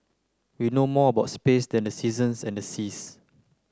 we know more about space than the seasons and the seas